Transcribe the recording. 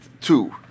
two